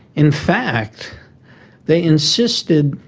in fact they insisted,